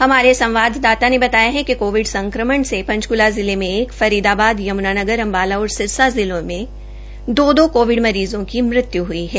हमारे संवादाता ने बताया कि कोविड संक्रमण से पंचकूला जिले में एक फरीदाबाद यमुनानगर अम्बाला और सिरसा जिलों में दो दो कोविड मरीज़ों की मृतय् हई है